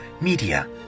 media